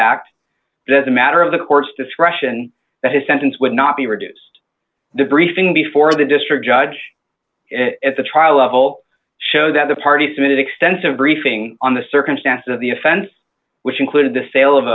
is a matter of the court's discretion that his sentence would not be reduced debriefing before the district judge at the trial level show that the party submitted extensive briefing on the circumstances of the offense which included the sale of